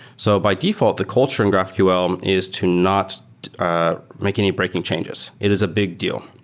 so by default, the culture in graphql um is to not make any breaking changes. it is a big deal.